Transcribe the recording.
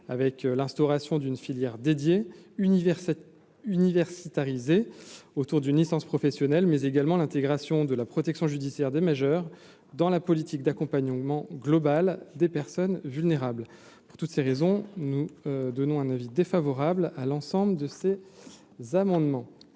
avec l'instauration d'une filière dédiée univers cet universitaire Izé autour d'une licence professionnelle, mais également l'intégration de la protection judiciaire majeur dans la politique d'accompagnement global des personnes vulnérables pour toutes ces raisons, nous donnons un avis défavorable à l'ensemble de ces amendements